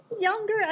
younger